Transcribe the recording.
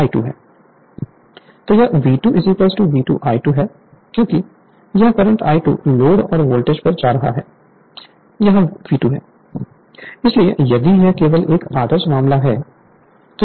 Refer Slide Time 2429 तो यह V2 V2 I2 है क्योंकि यह करंट I2 लोड और वोल्टेज पर जा रहा है यहां V2 है इसलिए यदि यह केवल एक आदर्श मामला है